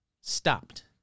stopped